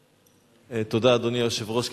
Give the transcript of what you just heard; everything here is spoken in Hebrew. תודה, אדוני היושב-ראש.